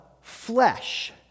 flesh